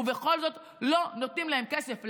ובכל זאת לא נותנים להם כסף.